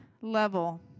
level